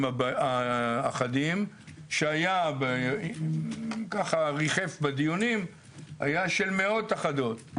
אחדים שככה ריחף בדיונים היה של מאות אחדות,